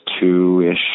two-ish